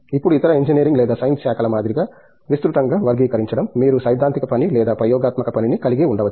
ఇప్పుడు ఇతర ఇంజనీరింగ్ లేదా సైన్స్ శాఖల మాదిరిగా విస్తృతంగా వర్గీకరించడం మీరు సైద్ధాంతిక పని లేదా ప్రయోగాత్మక పనిని కలిగి ఉండవచ్చు